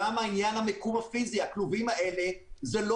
גם המיקור הפיזי הכלובים האלה זה לא